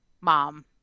mom